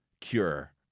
cure